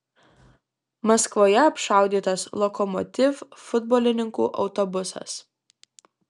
maskvoje apšaudytas lokomotiv futbolininkų autobusas